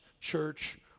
church